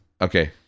Okay